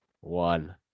one